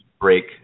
break